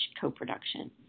co-production